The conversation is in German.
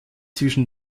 zwischen